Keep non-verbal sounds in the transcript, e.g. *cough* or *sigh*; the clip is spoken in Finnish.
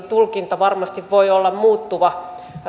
*unintelligible* tulkinta varmasti voi olla muuttuva